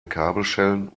kabelschellen